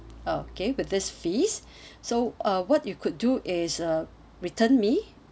okay with this fees so uh what you could do is uh return me